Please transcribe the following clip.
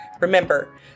Remember